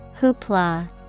Hoopla